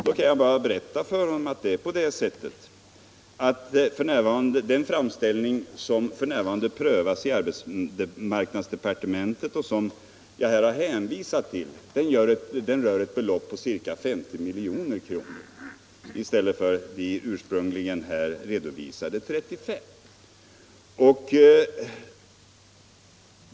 Då kan jag bara berätta för honom att det är på det sättet att den framställning som f.n. prövas i arbetsmarknadsdepartementet och som jag här har hänvisat till rör ett belopp på ca 50 milj.kr. i stället för här ursprungligen redovisade 35 milj.kr.